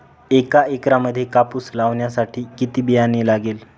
एका एकरामध्ये कापूस लावण्यासाठी किती बियाणे लागेल?